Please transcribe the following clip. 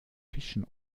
fischen